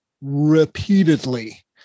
repeatedly